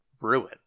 ruin